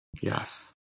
Yes